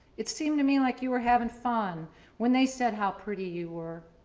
it seemed to me like you were having fun when they said how pretty you were.